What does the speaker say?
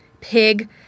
Pig